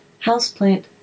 Houseplant